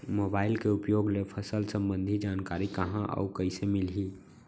Mobile के उपयोग ले फसल सम्बन्धी जानकारी कहाँ अऊ कइसे मिलही?